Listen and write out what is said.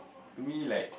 to me like